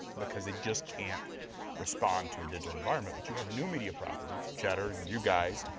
because they just can't respond to the digital environment, but you have new media properties, cheddar, you guys,